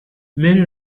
many